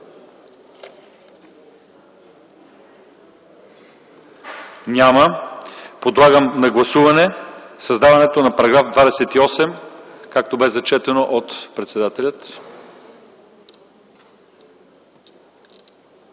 Няма. Подлагам на гласуване създаването на § 28, както бе зачетено от председателя.